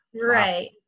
Right